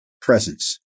presence